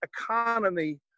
economy